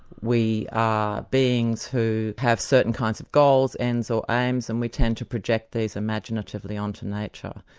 we are beings who have certain kinds of goals, ends or aims, and we tend to project these imaginatively onto nature.